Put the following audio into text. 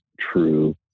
true